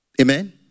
Amen